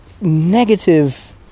negative